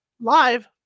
live